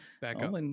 Backup